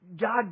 God